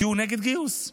כי הוא נגד גיוס.